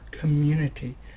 community